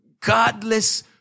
godless